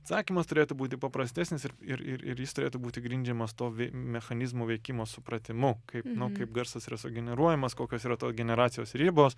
atsakymas turėtų būti paprastesnis ir ir ir ir jis turėtų būti grindžiamas to vi mechanizmo veikimo supratimu kaip nu kaip garsas yra sugeneruojamas kokios yra to generacijos ribos